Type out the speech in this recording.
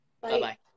Bye-bye